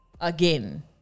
Again